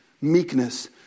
meekness